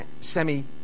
semi